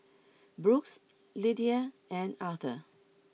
Brooks Lidia and Arthur